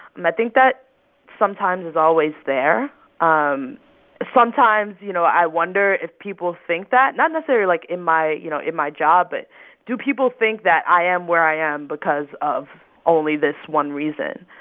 and i think that sometimes is always there um sometimes, you know, i wonder if people think that not necessary, like, in my you know, in my job. but do people think that i am where i am because of only this one reason?